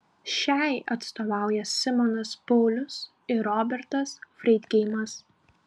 šiai atstovauja simonas paulius ir robertas freidgeimas